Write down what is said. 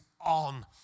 on